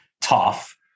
tough